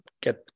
get